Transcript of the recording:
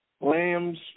Lamb's